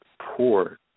poor